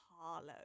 Harlow